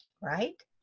right